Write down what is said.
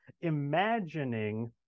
imagining